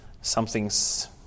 something's